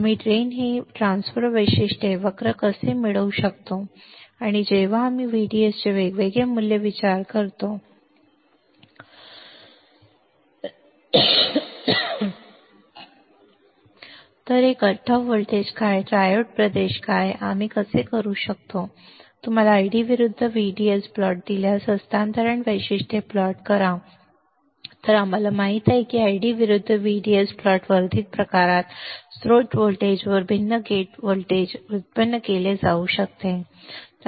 आम्ही हे drain transfer वैशिष्ट्ये वक्र कसे मिळवू शकतो आणि जेव्हा आम्ही व्हीडीएसचे वेगवेगळे मूल्य विचारात घेतो आणि व्हीजीएसचे वेगवेगळे मूल्य विचारात घेतो आणि संपृक्तता व्होल्टेज काय आहे हे कट ऑफ व्होल्टेज काय आहेत ट्रायोड प्रदेश काय आहे आणि आम्ही कसे करू शकतो तुम्हाला आयडी विरुद्ध व्हीडीएस प्लॉट दिल्यास हस्तांतरण वैशिष्ट्ये प्लॉट करा तर आम्हाला माहित आहे की आयडी विरुद्ध व्हीडीएस प्लॉट वर्धित प्रकारात स्त्रोत व्होल्टेजवर भिन्न गेट लागू करून व्युत्पन्न केले जाऊ शकते